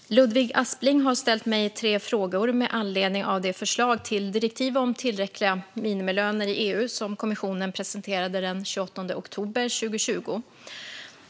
Fru talman! Ludvig Aspling har ställt mig tre frågor med anledning av det förslag till direktiv om tillräckliga minimilöner i EU som kommissionen presenterade den 28 oktober 2020.